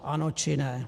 Ano, či ne?